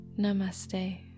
Namaste